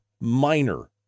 minor